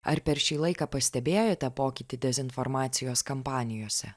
ar per šį laiką pastebėjote pokytį dezinformacijos kampanijose